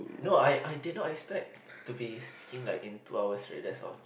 no I I did not expect to be speaking like in two hour straight that's all